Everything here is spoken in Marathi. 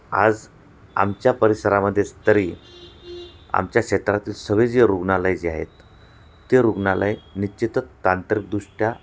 आज आमच्या परिसरामध्ये तरी आमच्या क्षेत्रातील सगळे जे रुग्णालय जे आहेत ते रुग्णालय निश्चितच तांत्रिकदृष्ट्या